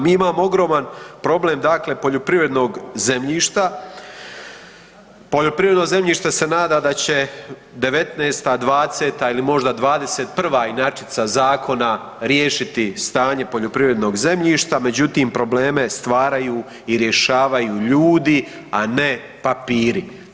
Mi imamo ogroman problem dakle poljoprivrednog zemljišta, poljoprivredno zemljište se nada da će 2019., 2020. ili možda 2021. inačica zakona riješiti stanje poljoprivrednog zemljišta međutim probleme stvaraju i rješavaju ljudi a ne papiri.